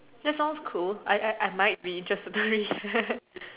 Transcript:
that sounds cool I I I might be interested in it